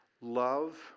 Love